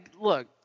look